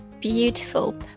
beautiful